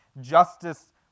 justice